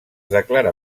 declara